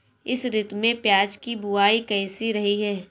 इस ऋतु में प्याज की बुआई कैसी रही है?